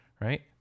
right